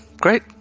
great